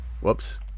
whoops